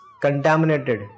contaminated